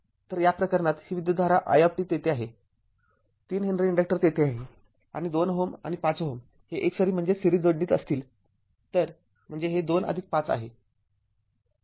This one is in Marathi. तर या प्रकरणात ही विद्युतधारा i तेथे आहे ३ हेनरी इन्डक्टर तेथे आहे आणि २ Ω आणि ५Ω तेथे एकसरी जोडणीत असतील तर म्हणजे हे २५ आहे